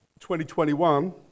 2021